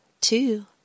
two